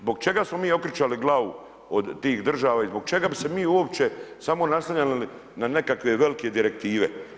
Zbog čega smo mi okretali glavu od tih država i zbog čega bi se mi uopće samo naslanjali na nekakve velike direktive?